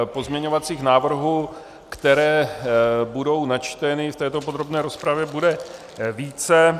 Pozměňovacích návrhů, které budou načteny v této podrobné rozpravě, bude více.